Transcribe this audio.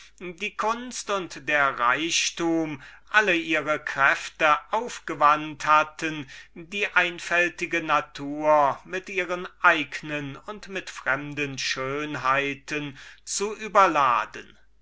die kunst und der reichtum alle ihre kräfte aufgewandt hatten die einfältige natur mit ihren eignen und mit fremden schönheiten zu überladen